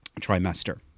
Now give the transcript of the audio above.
trimester